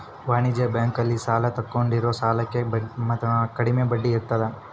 ವಾಣಿಜ್ಯ ಬ್ಯಾಂಕ್ ಅಲ್ಲಿ ಸಾಲ ತಗೊಂಡಿರೋ ಸಾಲಕ್ಕೆ ಕಡಮೆ ಬಡ್ಡಿ ಇರುತ್ತ